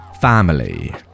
family